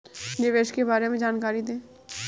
निवेश के बारे में जानकारी दें?